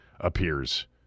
appears